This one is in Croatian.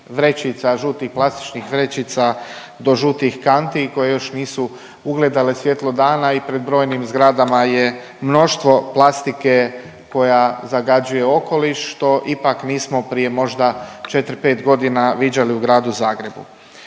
žutih plastičnih vrećica do žutih kanti koje još nisu ugledale svjetlo dana i pred brojnim zgradama je mnoštvo plastike koja zagađuje okoliš što ipak nismo prije možda 4-5 godina viđali u Gradu Zagrebu.